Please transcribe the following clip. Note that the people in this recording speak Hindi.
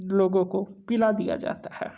लोगों को पीला दिया जाता है